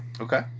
okay